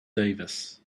davis